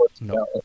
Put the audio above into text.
No